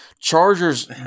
Chargers